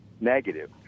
negative